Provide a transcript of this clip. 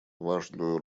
важную